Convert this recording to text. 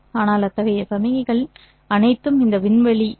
ஆனால் அத்தகைய சமிக்ஞைகள் அனைத்தும் இந்த விண்வெளி எஸ்